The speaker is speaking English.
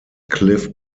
cliff